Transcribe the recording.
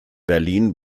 berlin